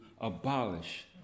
abolish